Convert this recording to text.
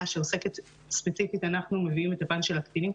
שעוסקת ספציפית אנחנו מביאים את הפן של הקטינים,